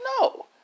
No